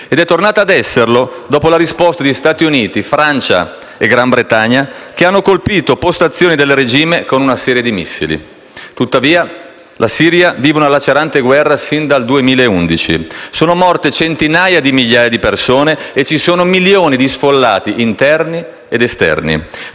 ed è tornata ad esserlo dopo la risposta di Stati Uniti, Francia e Gran Bretagna, che hanno colpito postazioni del regime con una serie di missili. Tuttavia, la Siria vive una lacerante guerra sin dal 2011: sono morte centinaia di migliaia di persone e ci sono milioni di sfollati, interni ed esterni.